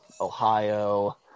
Ohio